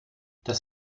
das